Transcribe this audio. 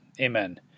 Amen